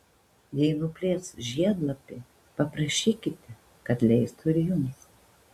jei nuplėš žiedlapį paprašykite kad leistų ir jums